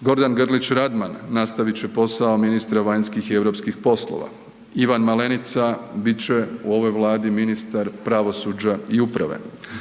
Gordan Grlić Radman nastavit će posao ministra vanjskih i europskih poslova. Ivan Malenica bit će u ovoj Vladi ministar pravosuđa i uprave.